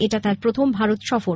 এটাই তাঁর প্রথম ভারত সফর